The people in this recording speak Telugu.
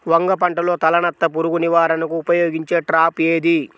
వంగ పంటలో తలనత్త పురుగు నివారణకు ఉపయోగించే ట్రాప్ ఏది?